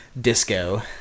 disco